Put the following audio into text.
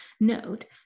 Note